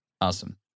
Awesome